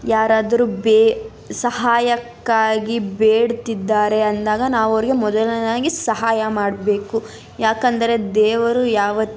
ಯಾರಾದರೂ ಬೇ ಸಹಾಯಕ್ಕಾಗಿ ಬೇಡ್ತಿದ್ದಾರೆ ಅಂದಾಗ ನಾವು ಅವ್ರಿಗೆ ಮೊದಲ್ನೇದಾಗಿ ಸಹಾಯ ಮಾಡಬೇಕು ಯಾಕಂದರೆ ದೇವರು ಯಾವತ್ತಿಗೂ